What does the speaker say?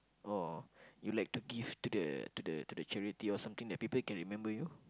or you like to give to the to the to the charity or something that people can remember you